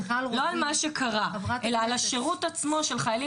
לא על מה שקרה אלא על השירות עצמו של חיילים